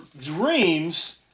dreams